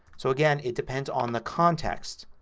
so again it depends on the context.